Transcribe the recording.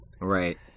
Right